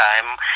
time